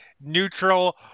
neutral